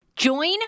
Join